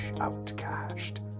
Outcast